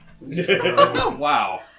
Wow